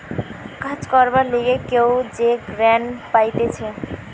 কাজ করবার লিগে কেউ যে গ্রান্ট পাইতেছে